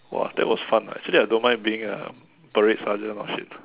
!wah! that was fun ah actually I don't mind being a parade sergeant or shit